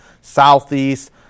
southeast